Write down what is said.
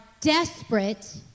desperate